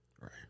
Right